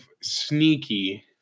sneaky